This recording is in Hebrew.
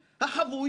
3) החבוי